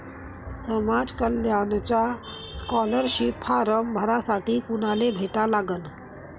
समाज कल्याणचा scholarship form भरासाठी कुनाले भेटा लागन?